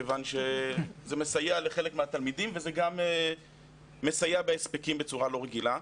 מכיוון שזה מסייע לחלק מהתלמידים וגם מסייע להספקים בצורה לא רגילה.